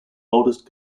oldest